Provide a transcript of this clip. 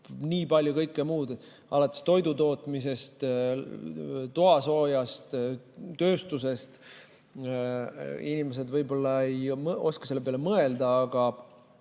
nii palju kõike muud, alates toidutootmisest, toasoojast, tööstusest. Inimesed võib-olla ei oska selle peale mõelda, aga